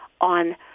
on